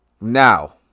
Now